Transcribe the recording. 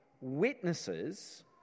witnesses